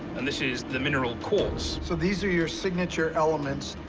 and this is the mineral quartz. so these are your signature elements.